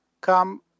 come